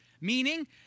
Meaning